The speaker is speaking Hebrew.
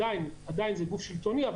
עדיין זה גוף שלטוני,